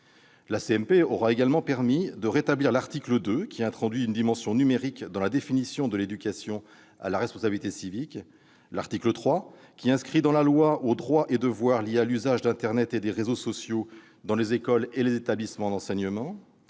aura également permis de rétablir l'article 2, qui introduit une dimension numérique dans la définition de l'éducation à la responsabilité civique, l'article 3, qui inscrit dans la loi l'éducation aux droits et devoirs liés à l'usage d'internet et des réseaux sociaux dans les écoles et les établissements d'enseignement,